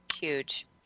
Huge